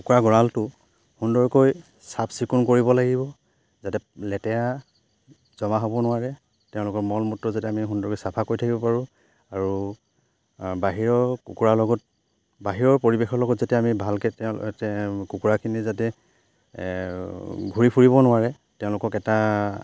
কুকুৰা গঁৰালটো সুন্দৰকৈ চাফ চিকুণ কৰিব লাগিব যাতে লেতেৰা জমা হ'ব নোৱাৰে তেওঁলোকৰ মল মূত্ৰ যাতে আমি সুন্দৰকৈ চাফা কৰি থাকিব পাৰোঁ আৰু বাহিৰৰ কুকুৰাৰ লগত বাহিৰৰ পৰিৱেশৰ লগত যাতে আমি ভালকে তেওঁ কুকুৰাখিনি যাতে ঘূৰি ফুৰিব নোৱাৰে তেওঁলোকক এটা